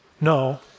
No